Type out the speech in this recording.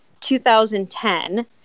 2010